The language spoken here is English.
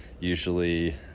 usually